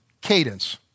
cadence